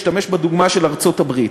השתמש בדוגמה של ארצות-הברית,